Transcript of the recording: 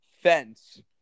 fence